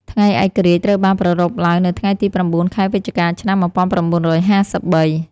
ថ្ងៃឯករាជ្យត្រូវបានប្រារព្ធឡើងនៅថ្ងៃទី៩ ខែវិច្ឆិកា ឆ្នាំ១៩៥៣។